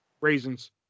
Raisins